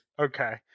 Okay